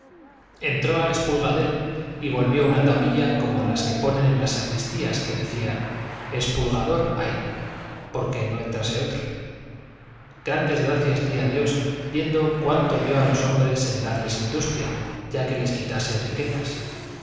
entró al espulgadero y volvió una tablilla como las que ponen en las sacristías que decía espulgador hay porque no entrase otro grandes gracias di a dios viendo cuánto dio a los hombres en darles industria ya que les quitase riquezas